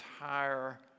entire